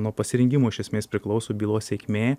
nuo pasirengimo iš esmės priklauso bylos sėkmė